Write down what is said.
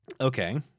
Okay